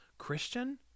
Christian